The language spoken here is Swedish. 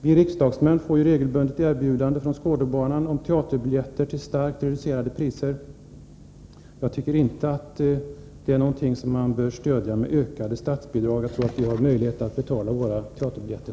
Vi riksdagsmän får regelbundet erbjudanden från Skådebanan om teaterbiljetter till starkt reducerade priser. Jag tycker inte att det är någonting som man bör stödja med ökade statsbidrag — jag tror att vi har möjligheter att själva betala våra teaterbiljetter.